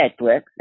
Netflix